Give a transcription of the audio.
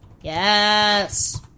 yes